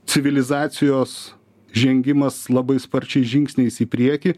civilizacijos žengimas labai sparčiais žingsniais į priekį